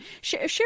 Share